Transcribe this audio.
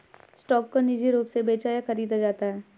stock को निजी रूप से बेचा या खरीदा जाता है